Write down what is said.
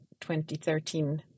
2013